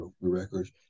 records